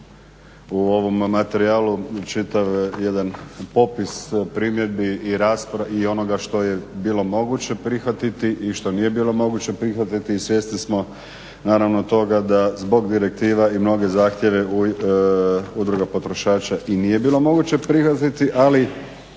u ovom materijalu čitav jedan popis primjedbi i onoga što je bilo moguće prihvatiti i što nije bilo moguće prihvatiti i svjesni smo naravno toga da zbog direktiva i mnoge zahtjeve udruga potrošača i nije bilo moguće … ali